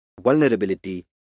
vulnerability